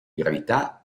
gravità